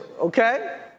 Okay